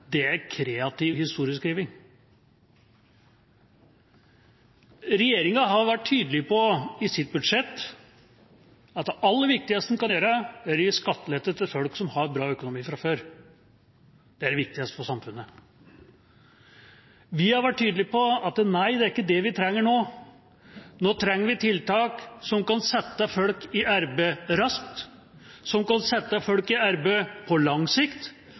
Det er kreativ historieskriving. Regjeringa har i sitt budsjett vært tydelig på at det aller viktigste man kan gjøre, er å gi skattelettelser til folk som har bra økonomi fra før. Det er det viktigste for samfunnet. Vi har vært tydelige på at det er ikke det vi trenger nå, nå trenger vi tiltak som kan sette folk i arbeid raskt, som kan sette folk i arbeid på lang sikt,